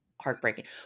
heartbreaking